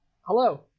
Hello